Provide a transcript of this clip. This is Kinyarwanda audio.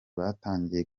batangiye